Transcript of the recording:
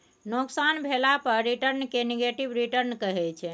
नोकसान भेला पर रिटर्न केँ नेगेटिव रिटर्न कहै छै